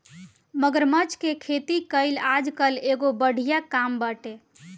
मगरमच्छ के खेती कईल आजकल एगो बढ़िया काम बाटे